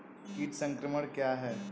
कीट संक्रमण क्या है?